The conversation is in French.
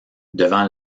devant